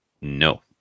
No